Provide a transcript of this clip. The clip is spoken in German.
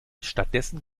stattdessen